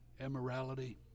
immorality